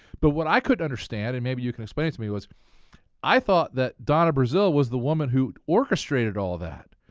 but what i couldn't understand and maybe you can explain it to me was i thought that donna brazile was the woman who orchestrated all that.